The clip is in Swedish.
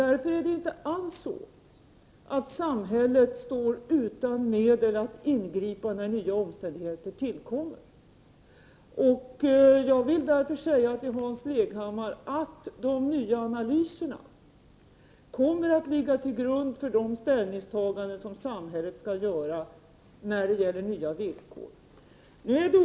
Samhället står därför inte alls utan medel att ingripa när nya omständigheter tillkommer. Jag vill säga till Hans Leghammar att de nya analyserna kommer att ligga till grund för de ställningstaganden som samhället skall göra när det gäller nya villkor.